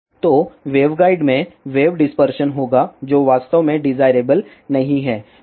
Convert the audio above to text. तो वेवगाइड में wave dispersion होगा जो वास्तव में डिसाइरेबल नहीं है